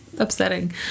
upsetting